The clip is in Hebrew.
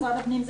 משרד הפנים,